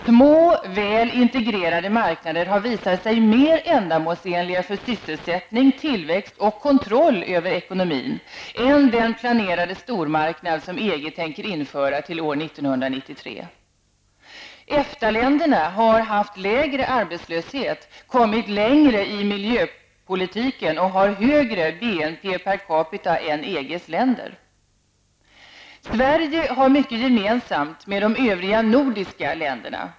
Små väl integrerade marknader har visat sig mer ändamålsenliga för sysselsättning, tillväxt och kontroll över ekonomin än den planerade stormarknad som EG tänker införa till 1993. EFTA-länderna har haft lägre arbetslöshet, kommit längre i miljöpolitiken och har högre BNP per capita än EGs länder. Sverige har mycket gemensamt med de övriga nordiska länderna.